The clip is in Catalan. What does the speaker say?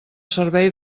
servei